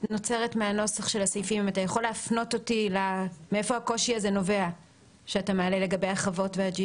מעבדות שיוכלו לבצע בדיקות לתוצרת